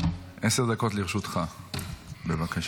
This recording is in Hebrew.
--- עשר דקות לרשותך, בבקשה.